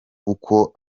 uko